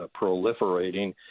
proliferating